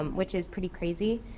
um which is pretty crazy,